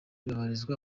babarizwa